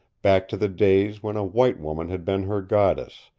back to the days when a white woman had been her goddess,